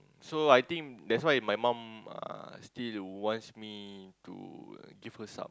so I think that's why my mum uh still wants me to give her some